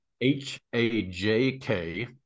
H-A-J-K